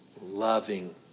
loving